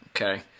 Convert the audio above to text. Okay